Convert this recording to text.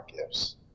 gifts